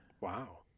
Wow